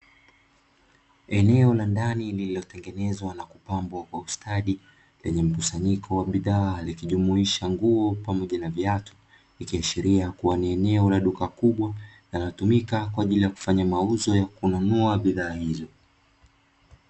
Eneo la ndani lililotengenezwa na kupangwa kwa ustadi na mkusanyiko wa bidhaa likijumuisha nguo pamoja na viatu, ikiashiria kuwa ni eneo la duka kubwa linalotumika kwa ajili ya kununua bidhaa hizo.